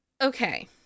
Okay